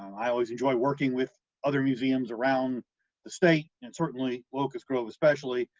i always enjoy working with other museums around the state and certainly locust grove, especially.